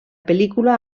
pel·lícula